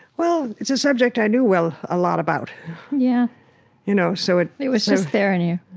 well, it's a subject i knew well, a lot about yeah you know so it it was just there in you.